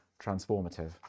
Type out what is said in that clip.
transformative